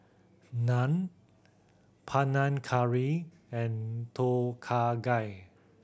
Naan Panang Curry and Tom Kha Gai